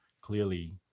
clearly